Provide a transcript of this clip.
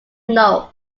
note